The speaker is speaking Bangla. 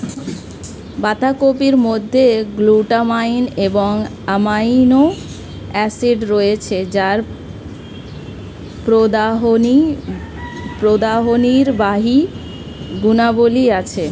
বাঁধাকপির মধ্যে গ্লুটামাইন এবং অ্যামাইনো অ্যাসিড রয়েছে যার প্রদাহনির্বাহী গুণাবলী আছে